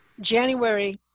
January